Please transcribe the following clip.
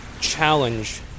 challenge